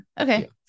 okay